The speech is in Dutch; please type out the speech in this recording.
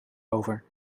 over